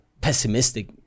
pessimistic